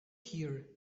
here